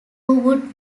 would